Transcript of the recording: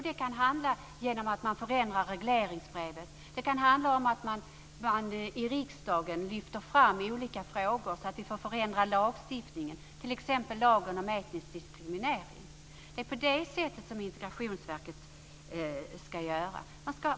Det kan ske genom att regleringsbrevet förändras och genom att man i riksdagen lyfter fram olika frågor för att förändra lagstiftningen, t.ex. lagen om etnisk diskriminering. Det är på det sättet som Integrationsverket ska arbeta.